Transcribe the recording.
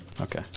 Okay